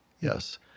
yes